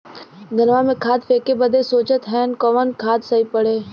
धनवा में खाद फेंके बदे सोचत हैन कवन खाद सही पड़े?